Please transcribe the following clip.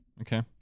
Okay